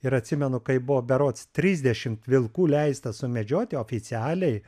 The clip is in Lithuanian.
ir atsimenu kai buvo berods trisdešimt vilkų leista sumedžioti oficialiai